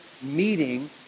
meeting